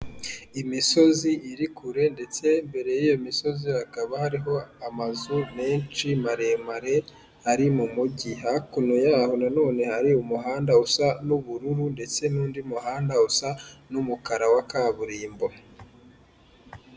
Imisozi iri kure ndetse mbere y'iyo misozi hakaba hariho amazu menshi maremare ari mu mujyi, hakuno yaho nanone hari umuhanda usa n'ubururu ndetse n'undi muhanda usa n'umukara wa kaburimbo.